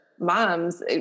moms